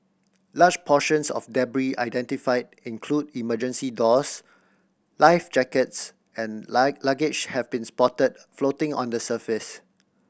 large portions of identified include emergency doors life jackets and luggage have been spotted floating on the surface